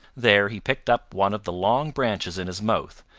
there he picked up one of the long branches in his mouth,